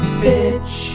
bitch